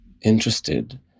interested